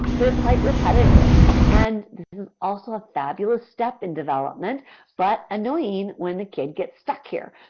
they're quite repetitive and also a fabulous step in development but annoying when the kid gets stuck here.